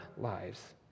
lives